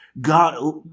god